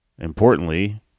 importantly